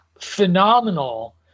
phenomenal